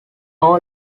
all